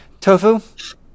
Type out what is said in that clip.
Tofu